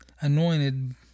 anointed